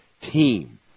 team